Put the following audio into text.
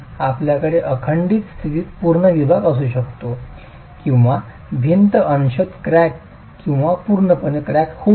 आपल्याकडे अखंडित स्थितीत संपूर्ण भिंत विभाग असू शकतो किंवा भिंत अंशतः क्रॅक किंवा पूर्णपणे क्रॅक होऊ शकते